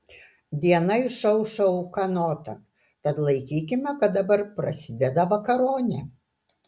diena išaušo ūkanota tad laikykime kad dabar prasideda vakaronė